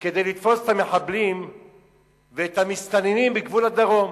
כדי לתפוס את המחבלים ואת המסתננים בגבול הדרום.